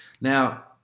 Now